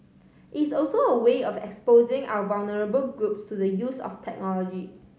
it's also a way of exposing our vulnerable groups to the use of technology